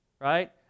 Right